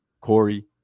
Corey